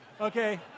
Okay